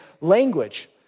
language